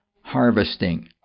harvesting